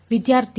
ವಿದ್ಯಾರ್ಥಿ